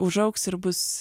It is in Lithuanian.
užaugs ir bus